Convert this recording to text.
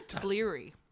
bleary